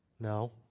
No